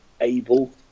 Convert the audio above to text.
able